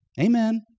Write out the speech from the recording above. Amen